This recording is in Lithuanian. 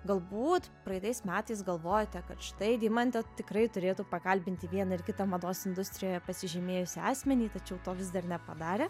galbūt praeitais metais galvojote kad štai deimantė tikrai turėtų pakalbinti vieną ar kitą mados industrijoje pasižymėjusį asmenį tačiau to vis dar nepadarė